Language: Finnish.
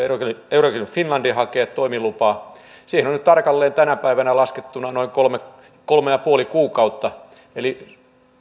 euroclear finlandin täytyy hakea toimilupaa siihen on nyt tarkalleen tänä päivänä laskettuna noin kolme kolme pilkku viisi kuukautta eli